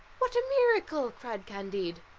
what a miracle! cried candide.